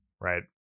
right